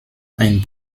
ein